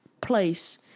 place